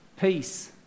peace